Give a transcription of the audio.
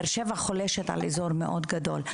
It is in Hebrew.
באר שבע חולשת על אזור מאוד גדול.